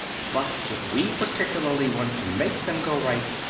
but if we particularly want to make them go right,